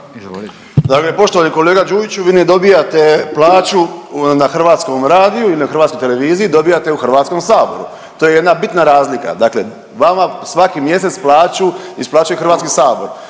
poštovani kolega Đujiću vi ne dobijate plaću na Hrvatskom radiju ili na Hrvatskoj televiziji, dobijate u HS, to je jedna bitna razlika, dakle vama svaki mjesec plaću isplaćuje HS, pa